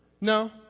No